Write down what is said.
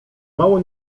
mało